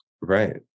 Right